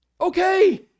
Okay